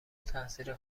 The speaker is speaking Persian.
تأثیر